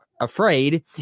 afraid